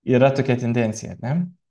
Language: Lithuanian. yra tokia tendencija ar ne